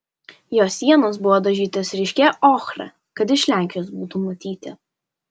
jo sienos buvo dažytos ryškia ochra kad iš lenkijos būtų matyti